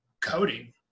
coding